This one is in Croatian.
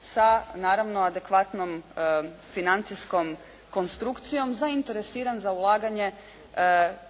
sa naravno adekvatnom financijskom konstrukcijom zainteresiran za ulaganje,